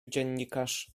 dziennikarz